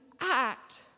act